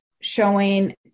showing